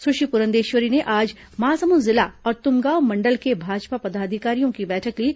सुश्री पुरंदेश्वरी ने आज महासमुद जिला और तुमगांव मंडल के भाजपा पदाधिकारियों की बैठक ली